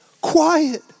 quiet